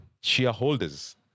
shareholder's